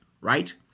right